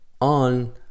on